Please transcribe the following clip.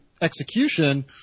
execution